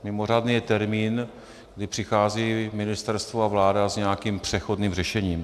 Mimořádný je termín, kdy přichází ministerstvo a vláda s nějakým přechodným řešením.